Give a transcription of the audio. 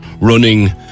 running